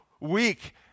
weak